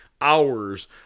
hours